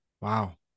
Wow